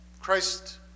Christ